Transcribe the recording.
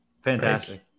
fantastic